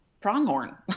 pronghorn